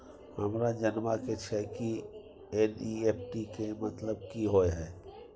हमरा जनबा के छै की एन.ई.एफ.टी के मतलब की होए है?